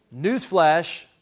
newsflash